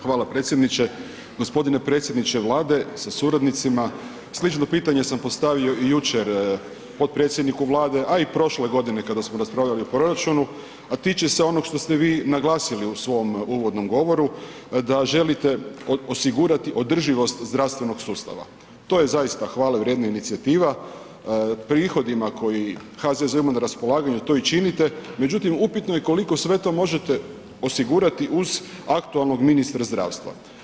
Hvala predsjedniče. g. Predsjedniče Vlade sa suradnicima, slično pitanje sam postavio i jučer potpredsjedniku Vlade, a i prošle godine kada smo raspravljali o proračunu, a tiče se onog što ste vi naglasili u svom uvodnom govoru da želite osigurati održivost zdravstvenog sustava, to je zaista hvale vrijedna inicijativa, prihodima koji HZZO ima na raspolaganju to i činite, međutim upitno je koliko sve to možete osigurati uz aktualnog ministra zdravstva.